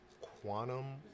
Quantum